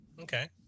okay